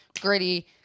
gritty